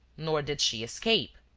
nor did she escape!